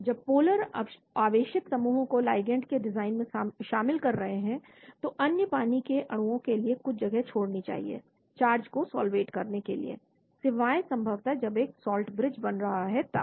जब पोलर आवेशित समूहों को लिगैंड के डिज़ाइन में शामिल कर रहे हैं तो अन्य पानी के अणुओं के लिए कुछ जगह छोड़नी चाहिए चार्ज को सॉल्वेट करने के लिए सिवाय संभवत जब एक साल्ट ब्रिज बन रहा है तब